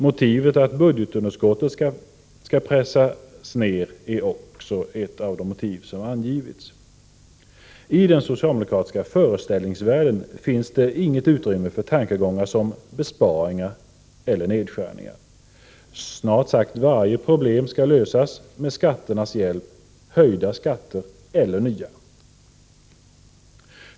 Motivet att budgetunderskottet skall pressas ner har också angivits. I den socialdemokratiska föreställningsvärlden finns det inget utrymme för tankegångar som besparingar och nedskärningar. Snart sagt varje problem skall lösas med skatternas hjälp, höjda skatter eller nya.